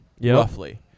roughly